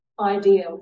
Ideal